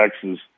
Texas